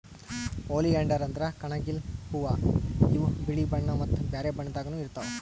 oleander ಅಂದ್ರ ಕಣಗಿಲ್ ಹೂವಾ ಇವ್ ಬಿಳಿ ಬಣ್ಣಾ ಮತ್ತ್ ಬ್ಯಾರೆ ಬಣ್ಣದಾಗನೂ ಇರ್ತವ್